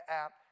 app